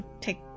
take